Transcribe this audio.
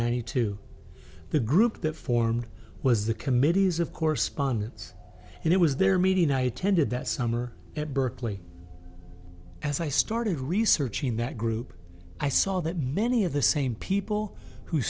hundred two the group that formed was the committees of correspondence and it was their meeting i attended that summer at berkeley as i started researching that group i saw that many of the same people who